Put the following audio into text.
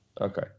okay